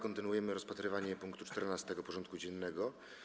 Kontynuujemy rozpatrywanie punktu 14. porządku dziennego.